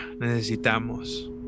necesitamos